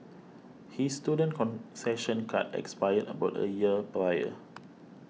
his student concession card expired about a year prior